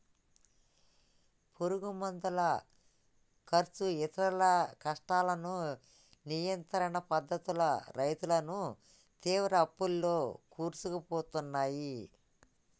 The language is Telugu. పురుగు మందుల కర్సు ఇతర నష్టాలను నియంత్రణ పద్ధతులు రైతులను తీవ్ర అప్పుల్లో కూరుకుపోయాయి